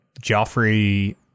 Joffrey